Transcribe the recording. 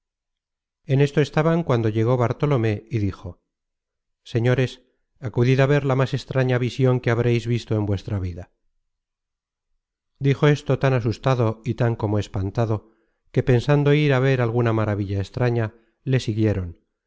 en esto estaban cuando llegó bartolomé y dijo señores acudid á ver la más extraña vision que habreis visto en vuestra vida dijo esto tan asustado y tan como espantado que pensando ir á ver alguna maravilla extraña le siguieron